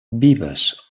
vives